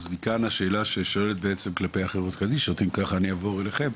אז מכאן השאלה כלפי החברה קדישא, אעבור לנציג.